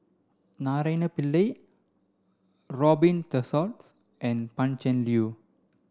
Naraina Pillai Robin Tessensohn and Pan Cheng Lui